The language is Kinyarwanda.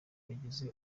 kugeza